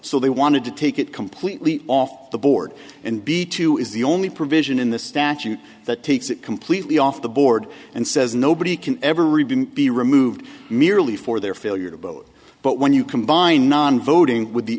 so they wanted to take it completely off the board and be to is the only provision in the statute that takes it completely off the board and says nobody can ever really be removed merely for their failure to vote but when you combine non voting with